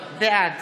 בעד